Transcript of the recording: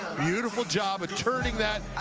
beautiful job of turning that.